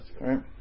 right